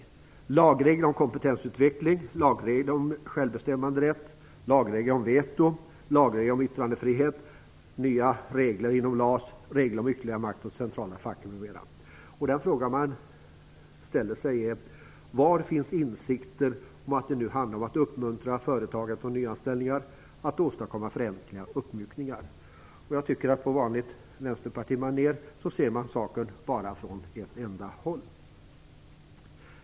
Det är lagregler om kompetensutveckling, om självbestämmanderätt, om veto och om yttrandefrihet, nya regler i LAS, regler om ytterligare makt åt det centrala facket m.m. Den fråga man ställer sig är: Var finns insikten om att det nu handlar om att uppmuntra företagandet och nyanställningar, att åstadkomma förenklingar och uppmjukningar? På vanligt vänsterpartimanér ser man saken bara från ett enda håll.